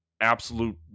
absolute